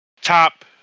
top